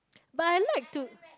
but I like to